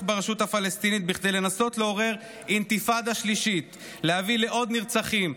ברשות הפלסטינית כדי לנסות לעורר אינתיפאדה שלישית ולהביא לעוד נרצחים,